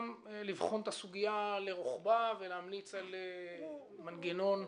לבחון את הסוגיה לרוחבה ולהמליץ על מנגנון?